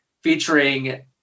featuring